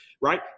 right